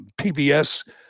PBS